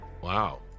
Wow